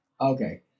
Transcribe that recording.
Okay